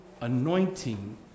anointing